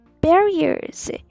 barriers